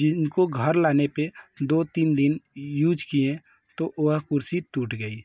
जिनको घर लाने पर दो तीन दिन यूज किये तो वह कुर्सी टूट गई